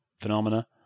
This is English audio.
phenomena